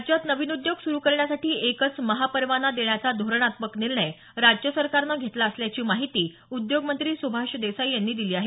राज्यात नवीन उद्योग सुरू करण्यासाठी एकच महा परवाना देण्याचा धोरणात्मक निर्णय राज्य सरकारनं घेतला असल्याची माहिती उद्योगमंत्री सुभाष देसाई यांनी दिली आहे